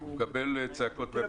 הוא מדבר בטלפון...